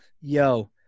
yo